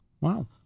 Wow